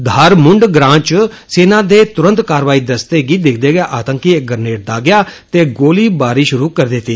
धारमुंड ग्रां च सेना दे तुरंत कारवाई दस्ते गी दिक्खदे गै आतंकिएं इक्क ग्रनेड दागेआ ते गोलीवारी षुरू करी दित्ती